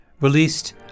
released